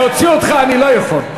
להוציא אותך אני לא יכול.